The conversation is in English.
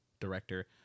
director